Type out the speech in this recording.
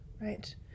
Right